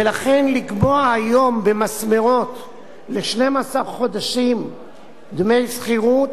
ולכן לקבוע היום במסמרות ל-12 חודשים דמי שכירות,